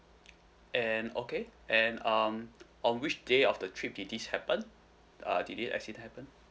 and okay and um on which day of the trip did this happened uh did this accident happened